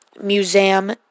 Museum